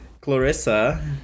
Clarissa